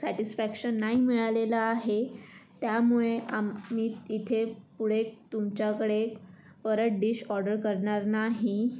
satisfaction नाही मिळालेलं आहे त्यामुळे आम्ही तिथे पुढे तुमच्याकडे परत डिश ऑर्डर करणार नाही